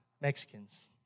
Mexicans